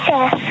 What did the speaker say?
Yes